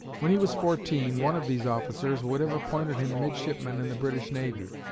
when he was fourteen, one of these officers would have appointed him midshipman in the british navy.